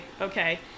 okay